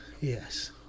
Yes